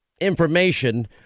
information